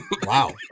wow